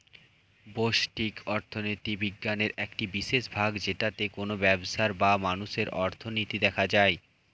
ব্যষ্টিক অর্থনীতি বিজ্ঞানের একটি বিশেষ ভাগ যেটাতে কোনো ব্যবসার বা মানুষের অর্থনীতি দেখা হয়